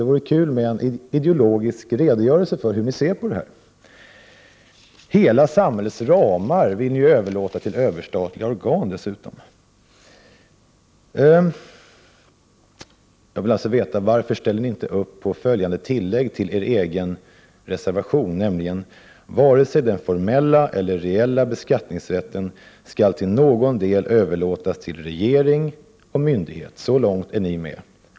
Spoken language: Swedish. Det vore intressant att få en ideologisk redogörelse för hur ni ser på dessa frågor. Ni vill dessutom överlåta ramarna för samhället i dess helhet till överstatliga organ. I vår reservation krävs att inte vare sig den formella eller reella beskattningsrätten till någon del skall överlåtas till regering eller myndigheter. Så långt är ni med.